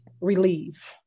relieve